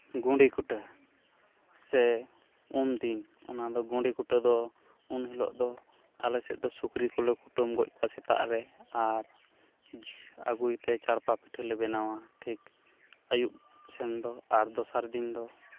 ᱜᱩᱲᱤ ᱠᱩᱴᱟᱹᱣ ᱥᱮ ᱩᱢ ᱫᱤᱱ ᱚᱱᱟ ᱫᱚ ᱜᱩᱲᱤ ᱠᱩᱴᱟᱹᱣ ᱫᱚ ᱩᱱ ᱦᱤᱞᱳᱜ ᱫᱚ ᱟᱞᱮ ᱥᱮᱫ ᱫᱚ ᱥᱩᱠᱨᱤ ᱠᱚᱞᱮ ᱠᱩᱴᱟᱹᱢ ᱜᱚᱡᱽ ᱠᱚᱣᱟ ᱥᱮᱛᱟᱜ ᱨᱮ ᱟᱨ ᱟᱹᱜᱩᱭᱛᱮ ᱪᱟᱬᱯᱟ ᱯᱤᱴᱷᱟᱹᱞᱮ ᱵᱮᱱᱟᱣᱟ ᱴᱷᱤᱠ ᱟᱹᱭᱩᱵ ᱥᱮᱱ ᱫᱚ ᱟᱨ ᱫᱚᱥᱟᱨ ᱫᱤᱱ ᱫᱚ